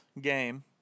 game